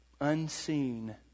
Unseen